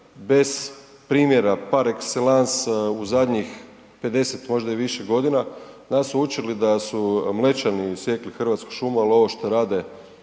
bez primjera par excellence u zadnjih 50 možda i više godina. Nas su učili da su Mlečani sjekli hrvatsku šumu, ali ovo što radi